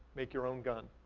make your own gun.